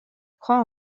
croix